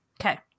Okay